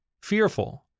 fearful